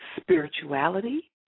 spirituality